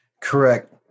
Correct